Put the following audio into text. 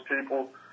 people